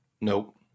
Nope